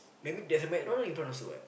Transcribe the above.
maybe there's a McDonald's in front also what